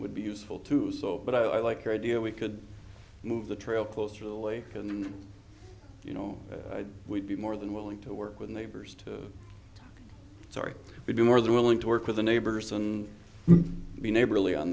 would be useful to do so but i like your idea we could move the trail closer away and you know we'd be more than willing to work with neighbors to sorry we do more than willing to work with the neighbors and be neighborly on